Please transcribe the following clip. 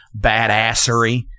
badassery